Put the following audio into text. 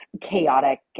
chaotic